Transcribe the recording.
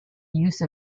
use